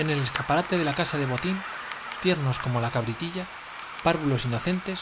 en el escaparate de casa de botín tiernos como la cabritilla párvulos inocentes